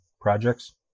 projects